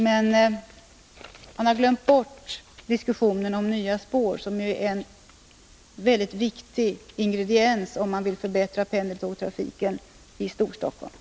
Men han har glömt bort diskussionen om nya spår, som ju är en väldigt viktig ingrediens, om man vill förbättra pendeltågstrafiken i Storstockholm.